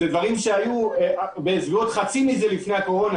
לפני הקורונה